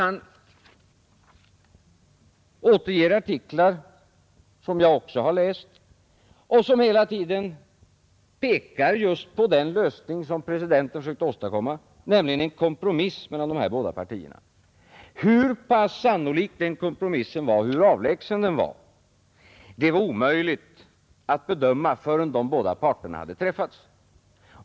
Han återger artiklar som jag också läst och som hela tiden pekar just på den lösning som presidenten sökte åstadkomma, nämligen en kompromiss mellan de båda parterna. Hur sannolik eller hur avlägsen denna kompromiss var, var omöjligt att bedöma innan de båda parterna träffats.